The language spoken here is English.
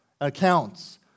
accounts